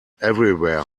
everywhere